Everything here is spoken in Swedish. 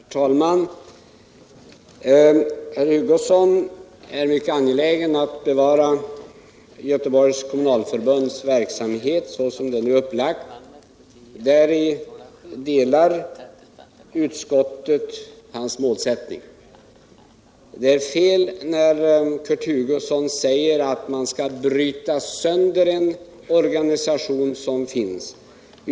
Herr talman! Kurt Hugosson är mycket angelägen om att bevara Göteborgs kommunalförbunds verksamhet såsom den nu är upplagd. Utskottet har samma målsättning därvidlag. Det är fel när Kurt Hugosson säger att man kommer att bryta sönder en organisation som finns.